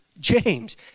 James